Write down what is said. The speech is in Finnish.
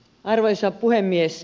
arvoisa puhemies